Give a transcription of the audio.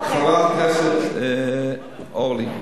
חברת הכנסת אורלי,